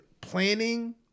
planning